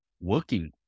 working